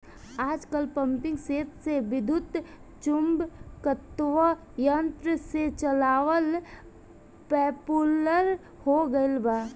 आजकल पम्पींगसेट के विद्युत्चुम्बकत्व यंत्र से चलावल पॉपुलर हो गईल बा